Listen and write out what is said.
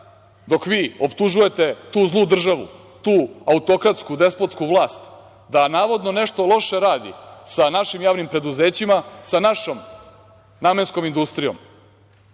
vi optužujete tu zlu državu, tu autokratsku, despotsku vlast, da navodno nešto loše radi sa našim javnim preduzećima, sa našom Namenskom industrijom,